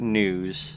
news